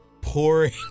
pouring